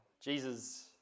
Jesus